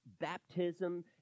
baptism